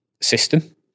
system